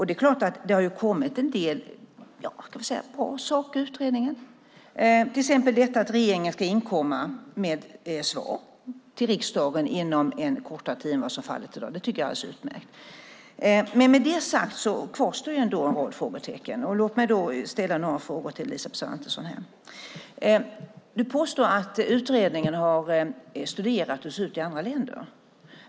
Det har kommit en del bra saker i utredningen, till exempel att regeringen ska inkomma med svar till riksdagen inom en kortare tid än vad som är fallet i dag. Det tycker jag är alldeles utmärkt. Med det sagt kvarstår ändå en rad frågetecken. Låt mig därför ställa några frågor till Elisabeth Svantesson. Elisabeth Svantesson påstår att utredningen har studerat hur det ser ut i andra länder.